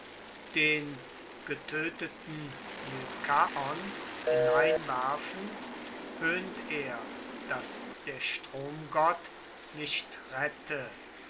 den getöteten lykaon hineinwerfend höhnt er daß der stromgott nicht rette